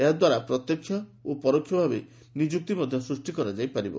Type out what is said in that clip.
ଏହାଦ୍ୱାରା ପ୍ରତ୍ୟକ୍ଷ ଓ ପରୋକ୍ଷ ଭାବେ ନିଯୁକ୍ତି ମଧ୍ୟ ସୃଷ୍ଟି କରାଯାଇ ପାରିବ